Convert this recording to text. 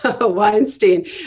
Weinstein